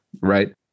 right